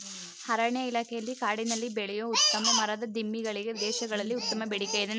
ಅರಣ್ಯ ಇಲಾಖೆಯಲ್ಲಿ ಕಾಡಿನಲ್ಲಿ ಬೆಳೆಯೂ ಉತ್ತಮ ಮರದ ದಿಮ್ಮಿ ಗಳಿಗೆ ವಿದೇಶಗಳಲ್ಲಿ ಉತ್ತಮ ಬೇಡಿಕೆ ಇದೆ